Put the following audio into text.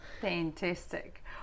Fantastic